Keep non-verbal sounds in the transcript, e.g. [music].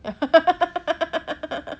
[laughs]